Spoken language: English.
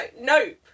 nope